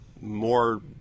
more